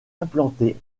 implantée